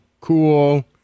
cool